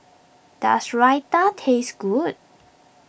does Raita taste good